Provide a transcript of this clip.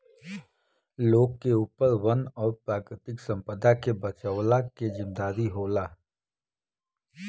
लोग के ऊपर वन और प्राकृतिक संपदा के बचवला के जिम्मेदारी होला